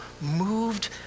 moved